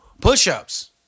push-ups